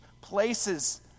places